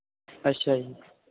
ਅੱਛਾ ਜੀ